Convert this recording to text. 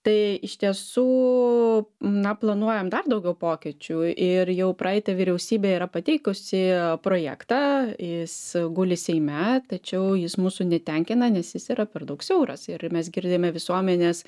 tai iš tiesų na planuojam dar daugiau pokyčių ir jau praeita vyriausybė yra pateikusi projektą jis guli seime tačiau jis mūsų netenkina nes jis yra per daug siauras ir mes girdime visuomenės